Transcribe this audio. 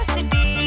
City